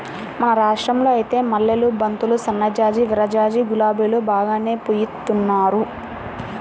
మన రాష్టంలో ఐతే మల్లెలు, బంతులు, సన్నజాజి, విరజాజి, గులాబీలు బాగానే పూయిత్తున్నారు